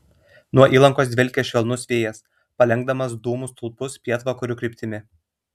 nuo įlankos dvelkė švelnus vėjas palenkdamas dūmų stulpus pietvakarių kryptimi